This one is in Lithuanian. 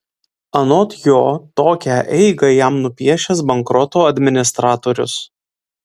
anot jo tokią eigą jam nupiešęs bankroto administratorius